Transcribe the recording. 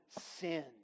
sin